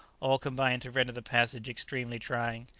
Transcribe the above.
all combined to render the passage extremely trying.